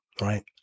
right